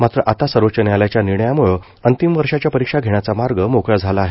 मात्र आता सर्वोच्च न्यायालयाच्या निर्णयामुळं अंतिम वर्षांच्या परीक्षा घेण्याचा मार्ग मोकळा झाला आहे